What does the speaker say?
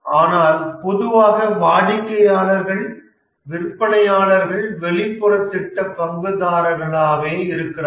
ஆனால் பொதுவாக வாடிக்கையாளர்கள் விற்பனையாளர்கள் வெளிப்புற திட்ட பங்குதாரர்களாகவே இருக்கிறார்கள்